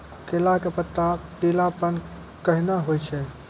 केला के पत्ता पीलापन कहना हो छै?